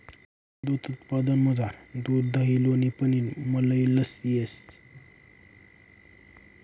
दूध उत्पादनमझार दूध दही लोणी पनीर मलई लस्सी येस